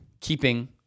keeping